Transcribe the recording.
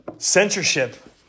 Censorship